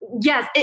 Yes